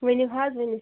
ؤنِو حظ ؤنِو